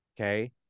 Okay